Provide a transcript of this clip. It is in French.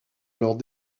alors